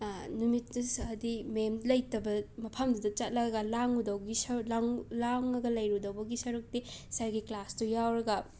ꯅꯨꯃꯤꯠꯇꯨ ꯁ ꯍꯥꯏꯗꯤ ꯃꯦꯝ ꯂꯩꯇꯕ ꯃꯐꯝꯗꯨꯗ ꯆꯠꯂꯒ ꯂꯥꯡꯉꯨꯗꯧꯒꯤ ꯁ ꯂꯥꯡ ꯂꯥꯡꯉꯒ ꯂꯩꯔꯨꯗꯧꯕꯒꯤ ꯁꯔꯨꯛꯇꯤ ꯁꯔꯒꯤ ꯀ꯭ꯂꯥꯁꯇꯣ ꯌꯥꯎꯔꯒ